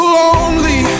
lonely